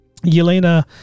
Yelena